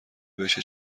بشه